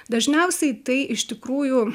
dažniausiai tai iš tikrųjų